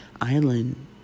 island